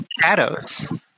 shadows